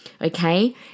Okay